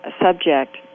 subject